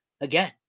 again